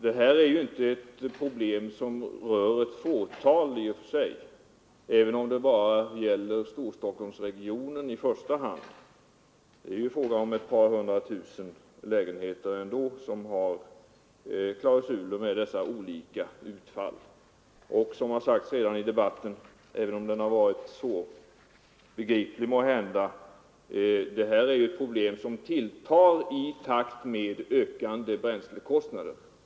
Detta är inte ett problem som rör endast ett fåtal människor. Även om det i första hand bara gäller Storstockholmsregionen är det ändå ett par hundra tusen lägenheter som har klausuler med dessa olika utfall. Och som redan sagts i debatten — även om den kanske har varit svårbegriplig — är detta ett problem som tilltar i takt med ökande bränslekostnader.